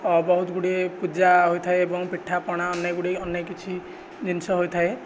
ବହୁତ ଗୁଡ଼ିଏ ପୂଜା ହୋଇଥାଏ ଏବଂ ପିଠା ପଣା ଅନେକ ଗୁଡ଼ିଏ ଅନେକ କିଛି ଜିନିଷ ହୋଇଥାଏ